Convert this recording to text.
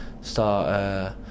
start